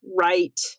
right